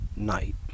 night